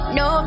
no